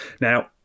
Now